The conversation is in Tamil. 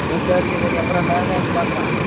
ம் சரிங்க சரிங்க அப்புறம் நேரடியாக வந்து பார்க்குறோம்